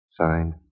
Signed